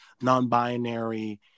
non-binary